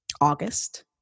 August